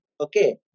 okay